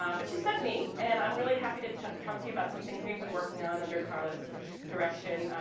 um but she sent me and i'm really happy to talk talk to you about some things we've been working on under carla's direction.